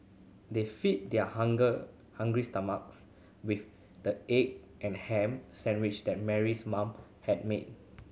they fed their hunger hungry stomachs with the egg and ham sandwiches that Mary's mother had made